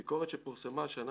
הביקורת שפורסמה השנה,